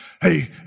Hey